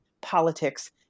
politics